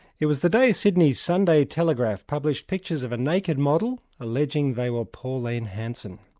it was the day sydney's sunday telegraph published pictures of a naked model, alleging they were pauline hanson.